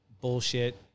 bullshit